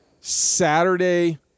Saturday